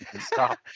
stop